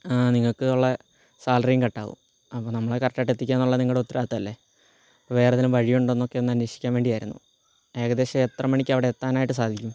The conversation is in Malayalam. നിങ്ങൾക്കുള്ള സാലറീം കട്ടാകും അപ്പം നമ്മളെ കറക്റ്റായിട്ട് എത്തിക്കാൻ എന്നുള്ളത് നിങ്ങളെ ഉത്തരവാദിത്വമല്ലേ വേറെ എന്തെങ്കിലും വഴിയുണ്ടോ എന്നൊക്കെ അന്വേഷിക്കാൻ വേണ്ടിയായിരുന്നു ഏകദേശം എത്ര മണിക്ക് അവിടെ എത്താനായിട്ട് സാധിക്കും